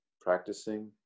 practicing